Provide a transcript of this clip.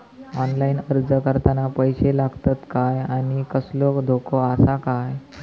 Online अर्ज करताना पैशे लागतत काय आनी कसलो धोको आसा काय?